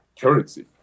currency